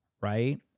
right